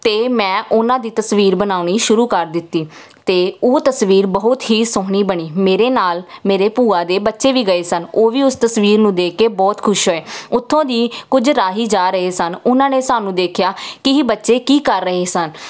ਅਤੇ ਮੈਂ ਉਹਨਾਂ ਦੀ ਤਸਵੀਰ ਬਣਾਉਣੀ ਸ਼ੁਰੂ ਕਰ ਦਿੱਤੀ ਅਤੇ ਉਹ ਤਸਵੀਰ ਬਹੁਤ ਹੀ ਸੋਹਣੀ ਬਣੀ ਮੇਰੇ ਨਾਲ ਮੇਰੇ ਭੂਆ ਦੇ ਬੱਚੇ ਵੀ ਗਏ ਸਨ ਉਹ ਵੀ ਉਸ ਤਸਵੀਰ ਨੂੰ ਦੇਖ ਕੇ ਬਹੁਤ ਖੁਸ਼ ਹੋਏ ਉਥੋਂ ਦੀ ਕੁਝ ਰਾਹੀ ਜਾ ਰਹੇ ਸਨ ਉਹਨਾਂ ਨੇ ਸਾਨੂੰ ਦੇਖਿਆ ਕਿ ਇਹ ਬੱਚੇ ਕੀ ਕਰ ਰਹੇ ਸਨ